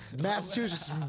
massachusetts